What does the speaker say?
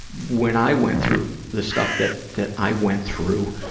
when i went through the stuff that, that i went through,